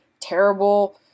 terrible